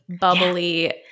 bubbly